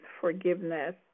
forgiveness